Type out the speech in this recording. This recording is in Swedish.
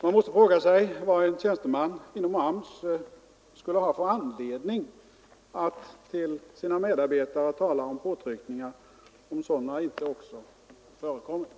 Man måste fråga sig vad en tjänsteman inom AMS skulle ha för anledning att med sina medarbetare tala om påtryckningar, om sådana inte också förekommit.